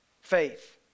faith